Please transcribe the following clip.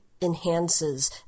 enhances